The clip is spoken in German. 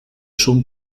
schon